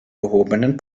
gehobenen